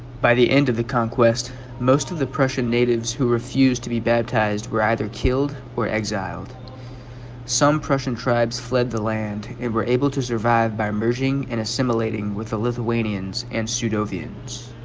by the end of the conquest most of the prussian natives who refused to be baptised were either killed or exiled some prussian tribes fled the land and were able to survive by merging and assimilating with the lithuanian and pseudo viens